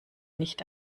nicht